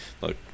look